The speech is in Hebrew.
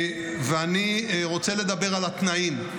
אני רוצה לדבר על התנאים.